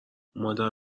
مادر